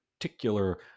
particular